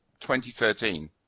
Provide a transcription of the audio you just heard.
2013